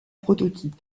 prototype